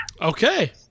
Okay